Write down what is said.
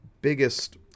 biggest